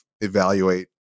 evaluate